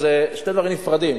אלה שני דברים נפרדים.